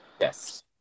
yes